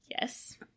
Yes